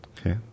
Okay